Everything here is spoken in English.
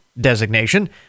designation